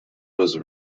was